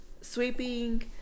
sweeping